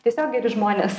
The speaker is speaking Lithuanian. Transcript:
tiesiog geri žmonės